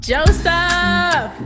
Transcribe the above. Joseph